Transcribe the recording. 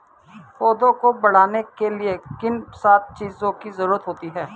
पौधों को बढ़ने के लिए किन सात चीजों की जरूरत होती है?